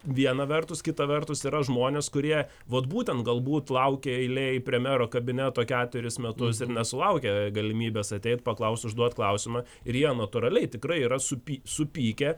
viena vertus kita vertus yra žmonės kurie vat būtent galbūt laukia eilėj prie mero kabineto keturis metus ir nesulaukia galimybės ateit paklaust užduot klausimą ir jie natūraliai tikrai yra supy supykę